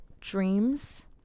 dreams